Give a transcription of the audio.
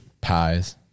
pies